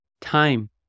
time